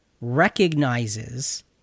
recognizes